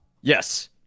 yes